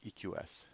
EQS